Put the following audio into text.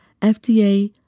FDA